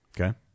Okay